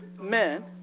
men